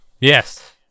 Yes